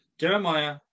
jeremiah